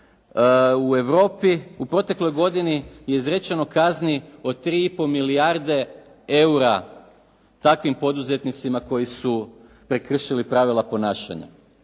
U Europi u protekloj godini je izrečeno kazni od 3,5 milijarde eura takvim poduzetnicima koji su prekršili pravila ponašanja